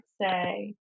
say